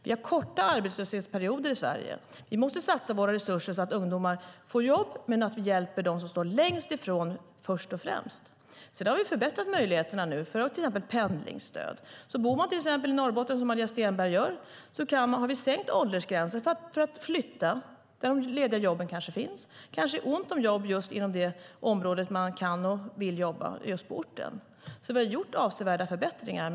Vi har korta arbetslöshetsperioder i Sverige. Vi måste satsa våra resurser så att ungdomar får jobb men att vi först och främst hjälper dem som står längst från arbetsmarknaden. Vi har förbättrat möjligheterna nu genom till exempel pendlingsstöd. Bor man exempelvis i Norrbotten, som Maria Stenberg gör, har vi sänkt åldersgränsen för att man ska kunna flytta dit där de lediga jobben kanske finns. Det är kanske ont om jobb just inom det område som man kan och vill jobba på orten. Vi har alltså gjort avsevärda förbättringar.